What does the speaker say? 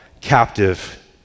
captive